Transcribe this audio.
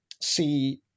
see